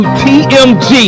tmg